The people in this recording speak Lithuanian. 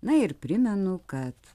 na ir primenu kad